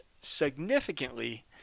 significantly